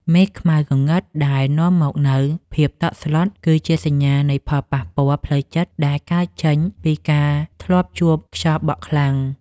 មេឃខ្មៅងងឹតដែលនាំមកនូវភាពតក់ស្លុត គឺជាសញ្ញានៃផលប៉ះពាល់ផ្លូវចិត្តដែលកើតចេញពីការធ្លាប់ជួបខ្យល់បក់ខ្លាំង។